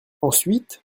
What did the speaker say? ensuite